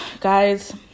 guys